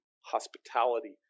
hospitality